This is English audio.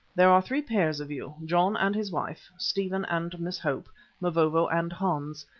there are three pairs of you. john and his wife stephen and miss hope mavovo and hans.